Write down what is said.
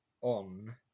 on